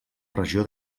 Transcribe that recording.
regió